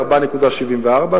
4.74,